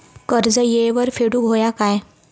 कर्ज येळेवर फेडूक होया काय?